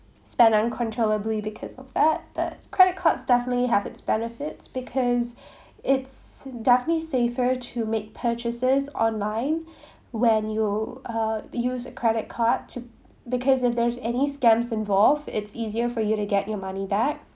spend uncontrollably because of that the credit cards definitely has its benefits because it's definitely safer to make purchases online when you uh use a credit card to because if there's any scams involve it's easier for you to get your money back